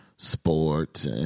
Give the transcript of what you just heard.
sports